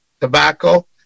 tobacco